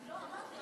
חבר הכנסת עפר